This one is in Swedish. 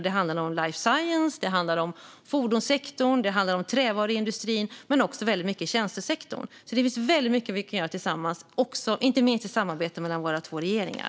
Det handlar om life science, fordonssektorn och trävaruindustrin men också väldigt mycket om tjänstesektorn. Det finns alltså väldigt mycket vi kan göra tillsammans, inte minst i samarbete mellan våra två regeringar.